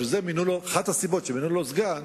אחת הסיבות שמינו לו סגן,